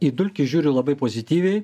į dulkį žiūriu labai pozityviai